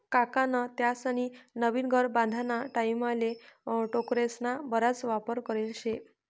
काकान त्यास्नी नवीन घर बांधाना टाईमले टोकरेस्ना बराच वापर करेल शे